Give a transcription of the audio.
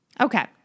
Okay